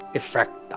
effect